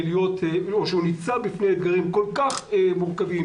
או שהוא נמצא בפני אתגרים כל כך מורכבים,